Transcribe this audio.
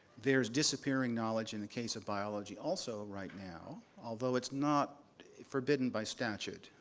there is disappearing knowledge in the case of biology also right now, although it's not forbidden by statute.